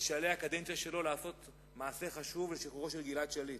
בשלהי הקדנציה שלו לעשות מעשה חשוב לשחרורו של גלעד שליט.